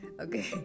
okay